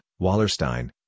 Wallerstein